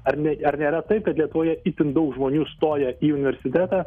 ar ne ar nėra taip kad lietuvoje itin daug žmonių stoja į universitetą